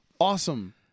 awesome